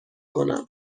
کنم